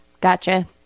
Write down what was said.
Gotcha